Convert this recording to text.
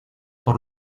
por